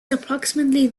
approximately